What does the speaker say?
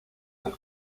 del